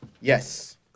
Yes